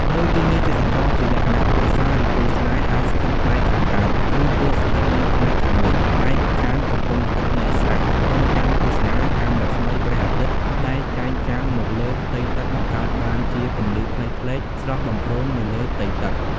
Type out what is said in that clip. នៅទីនេះ ទេសចរជាលក្ខណៈគ្រួសារ ឬគូស្នេហ៍ អាចស្ថិតផ្នែកខាងកើត ឬ គួរស្ថិតនៅផ្នែកខាងលិច ផ្នែកខាងកំពង់ទឹកនៃស្រះ រង់ចាំទស្សនាកាំរស្មីព្រះអាទិត្យដែលចែងចាំងមកលើផ្ទៃទឹកបង្កើតបានជាពន្លឺផ្លេកៗស្រស់បំព្រងនៅលើផ្ទៃទឹក។